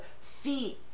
feet